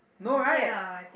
okay lah I think